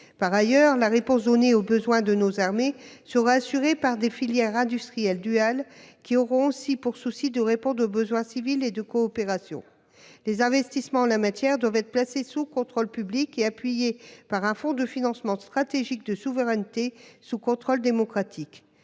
Par ailleurs, la réponse donnée aux besoins de nos armées sera assurée par des filières industrielles duales qui devront aussi répondre aux besoins civils et de coopération. Les investissements en la matière doivent être placés sous contrôle public et appuyés par un fonds de financement stratégique de souveraineté sous contrôle démocratique.